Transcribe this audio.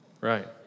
right